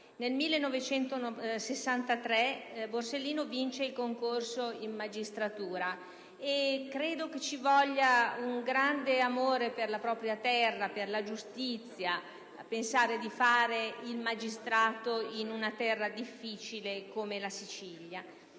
Nel 1963 Borsellino vince il concorso in magistratura, e credo sia necessario un grande amore per la propria terra, per la giustizia, per fare il magistrato in una terra difficile come la Sicilia.